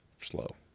slow